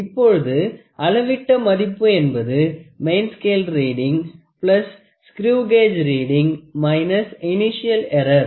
இப்பொழுது அளவிட்ட மதிப்பு என்பது main scale reading screw gauge reading initial error